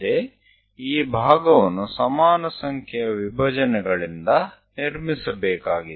વધારેમાં આ ભાગ કોઈને સમાન સંખ્યાના ભાગોમાં વહેંચીને રચવો પડશે